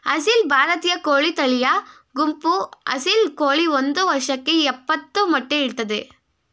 ಅಸೀಲ್ ಭಾರತೀಯ ಕೋಳಿ ತಳಿಯ ಗುಂಪು ಅಸೀಲ್ ಕೋಳಿ ಒಂದ್ ವರ್ಷಕ್ಕೆ ಯಪ್ಪತ್ತು ಮೊಟ್ಟೆ ಇಡ್ತದೆ